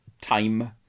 time